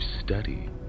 study